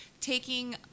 taking